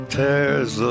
tears